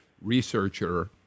researcher